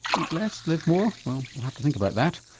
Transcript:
eat less live more, well i'll have to think about that.